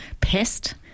pest